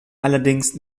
allerdings